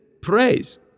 praise